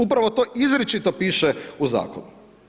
Upravo to izričito piše u Zakonu.